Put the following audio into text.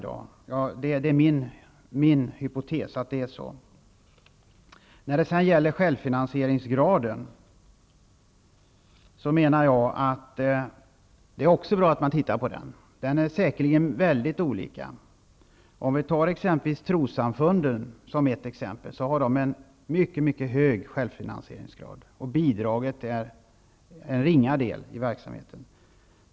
Jag menar också att det är bra att man ser på självfinansieringsgraden. Den gestaltar sig säkerligen på många olika sätt. Trossamfunden har t.ex. en mycket hög självfinansieringsgrad, och bidragen svarar för en ringa del av verksamheten.